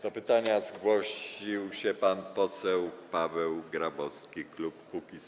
Do pytania zgłosił się pan poseł Paweł Grabowski, klub Kukiz’15.